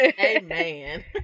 Amen